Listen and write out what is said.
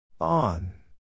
On